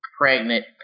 pregnant